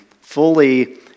fully